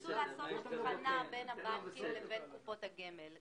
השר רצה לעשות הבחנה בין הבנקים לקופות גמל.